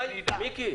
אנחנו